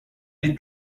been